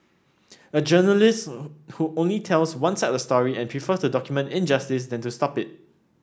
a journalist who only tells one side of the story and prefers to document injustice than to stop it